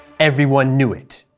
everyone knew it.